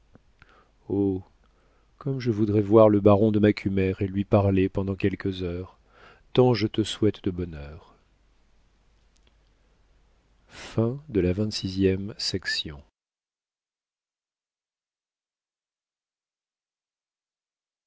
comme je voudrais voir le baron de macumer et lui parler pendant quelques heures tant je te souhaite de bonheur